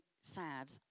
sad